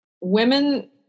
women